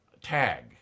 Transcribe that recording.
tag